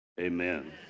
Amen